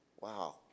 Wow